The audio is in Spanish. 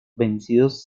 vencidos